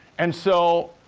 and so,